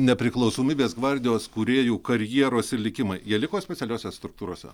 nepriklausomybės gvardijos kūrėjų karjieros ir likimai jie liko specialiosios struktūrose